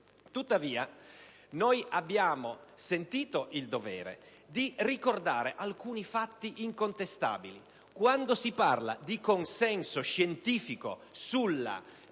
Tuttavia, abbiamo sentito il dovere di ricordare alcuni fatti incontestabili: quando si parla di consenso scientifico sul